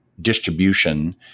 distribution